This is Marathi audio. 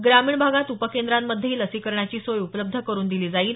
ग्रामीण भागात उपकेंद्रांमधेही लसीकरणाची सोय उपलब्ध करुन दिली जाईल